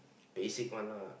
basic one ah